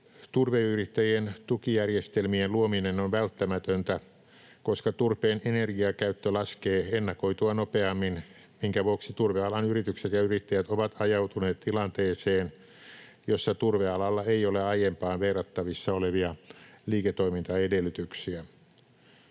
Turveyrittäjien tukijärjestelmien luominen on välttämätöntä, koska turpeen energiakäyttö laskee ennakoitua nopeammin, minkä vuoksi turvealan yritykset ja yrittäjät ovat ajautuneet tilanteeseen, jossa turvealalla ei ole aiempaan verrattavissa olevia liiketoimintaedellytyksiä.